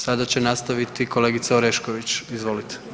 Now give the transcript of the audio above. Sada će nastaviti kolegica Orešković, izvolite.